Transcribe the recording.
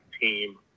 team